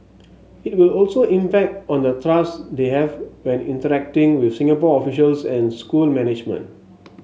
it will also impact on the trust they have when interacting with Singapore officials and school management